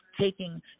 taking